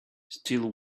still